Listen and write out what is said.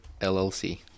LLC